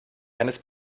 eines